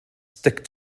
stick